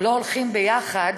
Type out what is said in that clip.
לא הולכות יחד,